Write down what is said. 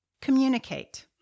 Communicate